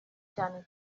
cyane